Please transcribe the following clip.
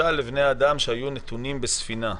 משל לבני אדם שהיו נתונים בספינה.